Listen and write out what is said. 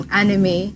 anime